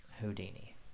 houdini